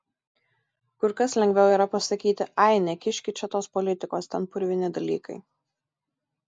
kur kas lengviau yra pasakyti ai nekiškit čia tos politikos ten purvini dalykai